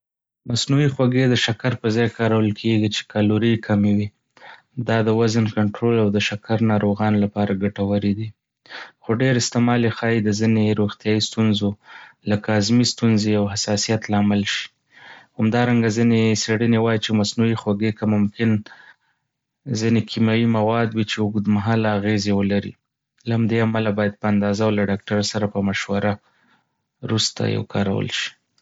مصنوعي خوږې د شکر پر ځای کارول کېږي چې کالوري یې کمې وي. دا د وزن کنټرول او د شکر ناروغانو لپاره ګټورې دي. خو ډېر استعمال یې ښايي د ځینې روغتیایي ستونزو لکه هضمې ستونزې او حساسیت لامل شي. همدارنګه، ځینې څېړنې وايي چې مصنوعي خوږې کې ممکن ځینې کیمیاوي مواد وي چې اوږدمهاله اغېزې ولري. له همدې امله، باید په اندازه او له ډاکټره سره په مشوره وروسته یې وکارول شي.